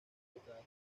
temporada